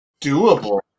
doable